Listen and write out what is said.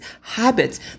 habits